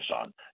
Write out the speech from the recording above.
on